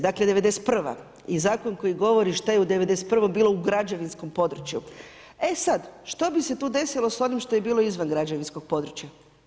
Dakle '91. i zakon koji govori šta je u '91. bilo u građevinskom području, e sada što bi se tu desilo s onim što je bilo izvan građevinskog područja?